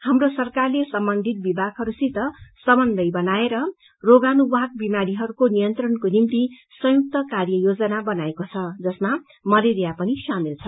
हाम्रो सरकारले सम्बन्धित विभागहरूसित समन्वय बनाएर किटाणू जनित बिमारीहरूको नियन्त्रणको निम्ति संयुक्त कार्य योजना बनाएको छ जसमा मलेरिया पनि सामेल छ